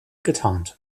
getarnt